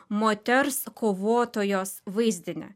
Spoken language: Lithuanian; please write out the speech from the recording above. moters kovotojos vaizdinę